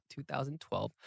2012